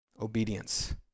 obedience